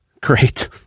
Great